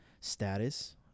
status